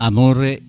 Amore